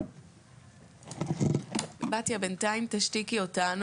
בתיה בשלב זה?